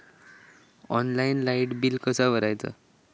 Online light bill कसा भरायचा?